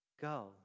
Go